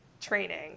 training